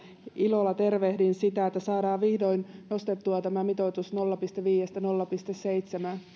ilolla tervehdin sitä että saadaan vihdoin nostettua tämä mitoitus nolla pilkku viidestä nolla pilkku seitsemään